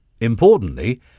Importantly